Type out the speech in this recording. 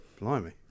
blimey